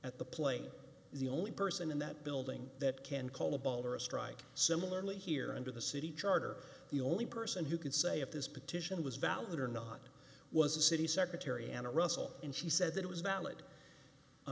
at the plain the only person in that building that can call a ball or a strike similarly here under the city charter the only person who can say if this petition was valid or not was the city secretary and russell and she said it was valid a